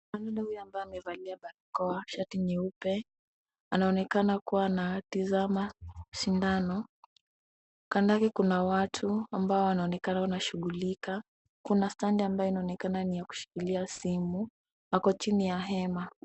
Mwanadada huyu ambaye amevalia barakoa, shati nyeupe anaonekana kuwa anatizama sindano. Kando yake kuna watu ambao wanaonekana wanashughulika, kuna standi ambayo inaonekana ni ya kushikilia simu ako chini ya hema.